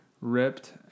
ripped